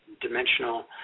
dimensional